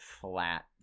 flat